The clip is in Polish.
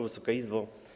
Wysoka Izbo!